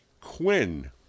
Quinn